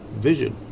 vision